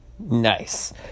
nice